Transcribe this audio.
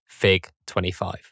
FIG25